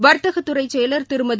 வர்த்தகத்துறை செயலர் திருமதி